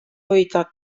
hoida